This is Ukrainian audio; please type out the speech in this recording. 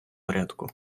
порядку